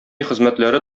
хезмәтләре